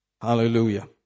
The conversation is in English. Hallelujah